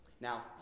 Now